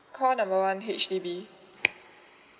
call them on H_D_B